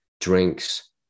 drinks